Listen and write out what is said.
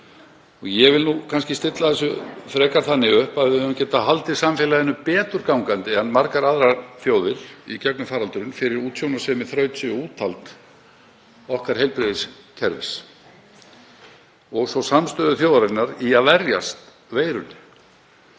Ég vil kannski frekar stilla þessu þannig upp að við höfum getað haldið samfélaginu betur gangandi en margar aðrar þjóðir í gegnum faraldurinn fyrir útsjónarsemi, þrautseigju og úthald okkar heilbrigðiskerfis og svo samstöðu þjóðarinnar í að verjast veirunni,